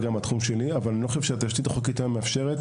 אבל אני לא חושב שהתשתית הקיימת מאפשרת